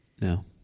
No